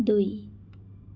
दुई